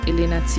Elena